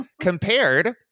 compared